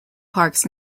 parks